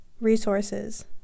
resources